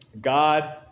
God